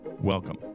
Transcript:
Welcome